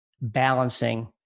balancing